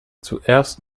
zuerst